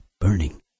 burning